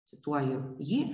cituoju jį